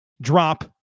drop